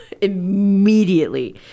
immediately